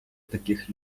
таких